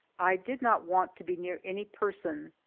i did not want to be near any person.